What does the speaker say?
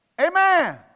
Amen